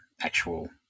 actual